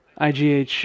IGH